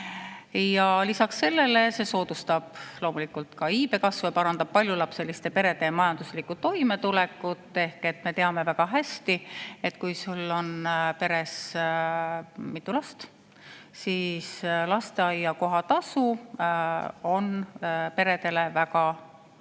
Lisaks sellele soodustab see loomulikult iibe kasvu ja parandab paljulapseliste perede majanduslikku toimetulekut. Me teame väga hästi, et kui sul on peres mitu last, siis lasteaia kohatasu on peredele väga